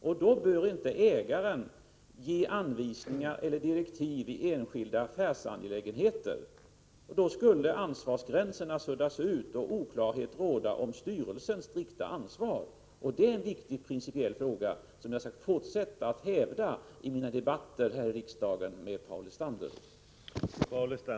Under sådana förhållanden bör ägaren inte ge anvisningar eller direktiv i enskilda affärsangelägenheter. Då skulle ansvarsgränserna suddas ut och oklarhet råda om styrelsens strikta ansvar. Det är en viktig principiell fråga, som jag skall fortsätta att hävda i mina debatter här i riksdagen med Paul Lestander.